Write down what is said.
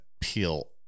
peel